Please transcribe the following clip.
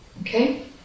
Okay